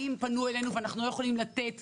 האם פנו אלינו ואנחנו לא יכולים לתת